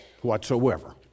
whatsoever